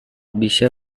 bisa